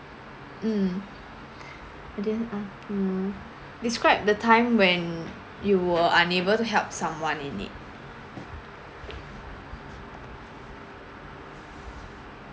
mm I didn't ah mm describe the time when you were unable to help someone in need